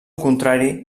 contrari